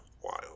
Wild